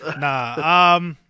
Nah